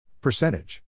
Percentage